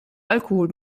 alkohol